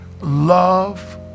love